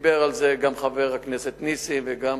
דיברו על זה גם חבר הכנסת נסים וגם